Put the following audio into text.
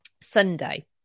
sunday